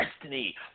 destiny